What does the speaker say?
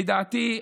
לדעתי,